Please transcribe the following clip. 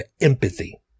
empathy